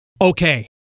Okay